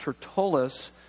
Tertullus